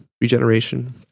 regeneration